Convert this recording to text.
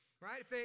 Right